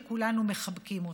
וכולנו מחבקים אותם?